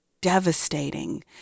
devastating